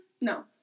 no